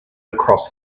across